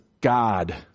God